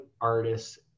artists